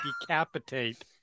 decapitate